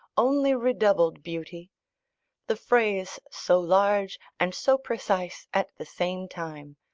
only redoubled beauty the phrase so large and so precise at the same time,